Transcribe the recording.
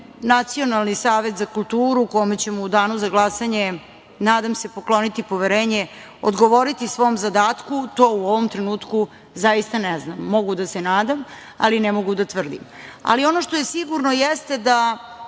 Nacionalni savet za kulturu u kome ćemo u danu za glasanje, nadam se, pokloniti poverenje, odgovoriti svom zadatku, to u ovom trenutku zaista ne znam, mogu da se nadam, ali ne mogu da tvrdim. Ono što je sigurno jeste da